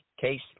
case